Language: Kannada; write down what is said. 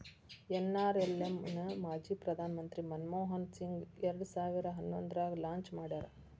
ಎನ್.ಆರ್.ಎಲ್.ಎಂ ನ ಮಾಜಿ ಪ್ರಧಾನ್ ಮಂತ್ರಿ ಮನಮೋಹನ್ ಸಿಂಗ್ ಎರಡ್ ಸಾವಿರ ಹನ್ನೊಂದ್ರಾಗ ಲಾಂಚ್ ಮಾಡ್ಯಾರ